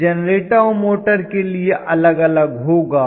यह जेनरेटर और मोटर के लिए अलग अलग होगा